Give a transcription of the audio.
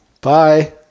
Bye